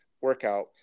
workout